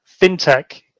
fintech